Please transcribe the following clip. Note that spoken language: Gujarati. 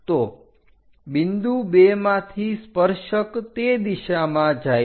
તો બિંદુ 2 માંથી સ્પર્શક તે દિશામાં જાય છે